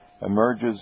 emerges